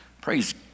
Praise